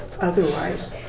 otherwise